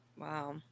Wow